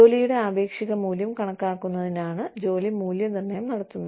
ജോലിയുടെ ആപേക്ഷിക മൂല്യം കണക്കാക്കുന്നതിനാണ് ജോലി മൂല്യനിർണ്ണയം നടത്തുന്നത്